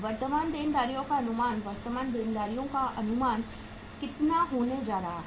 वर्तमान देनदारियों का अनुमान वर्तमान देनदारियों का अनुमान कितना होने जा रहा है